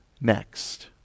next